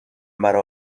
برا